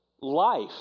life